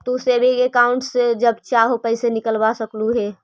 तू saving account से जब चाहो पैसे निकलवा सकलू हे